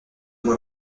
mois